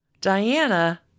Diana